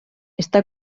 està